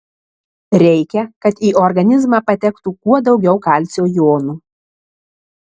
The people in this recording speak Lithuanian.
reikia kad į organizmą patektų kuo daugiau kalcio jonų